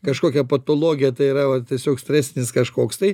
kažkokia patologija tai yra va tiesiog stresinis kažkoks tai